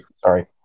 sorry